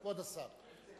כבוד השר.